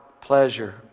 pleasure